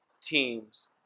teams